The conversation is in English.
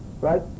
right